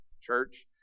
church